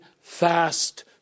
fast